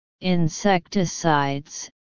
insecticides